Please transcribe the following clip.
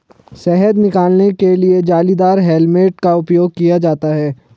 शहद निकालने के लिए जालीदार हेलमेट का उपयोग किया जाता है